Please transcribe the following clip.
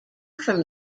from